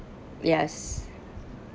yes